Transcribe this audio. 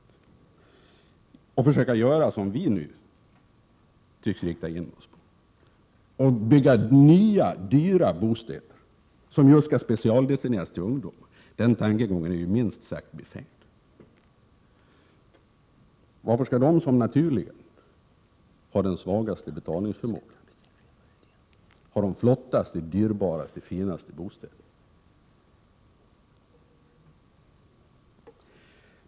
Det är ju minst sagt befängt att gå till väga så som vi nu tycks rikta in oss på att göra och bygga nya dyra bostäder som just skall specialdestineras till ungdomar. Varför skall de som naturligen har den svagaste betalningsförmå gan ha de flottaste, dyraste, finaste bostäderna?